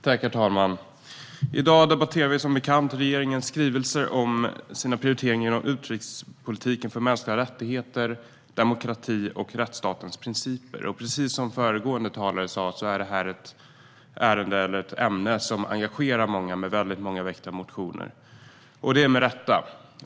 Herr talman! I dag debatterar vi som bekant regeringens skrivelser om dess prioriteringar av utrikespolitiken för mänskliga rättigheter, demokrati och rättsstatens principer. Precis som föregående talare sa är detta ett ämne som engagerar många med väldigt många väckta motioner, det med rätta.